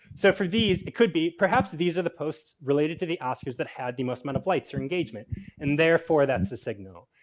so, for these it could be, perhaps, these are the posts related to the oscars that had the most amount of likes or engagement and therefore that's the signal.